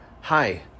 hi